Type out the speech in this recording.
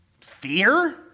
fear